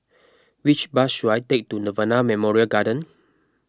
which bus should I take to Nirvana Memorial Garden